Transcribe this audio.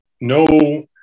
no